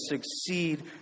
succeed